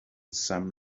some